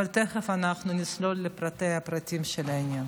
אבל תכף נצלול לפרטי-הפרטים של העניין.